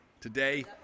Today